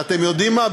אתם יודעים מה?